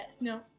No